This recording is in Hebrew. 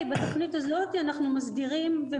ממש מדוייקות.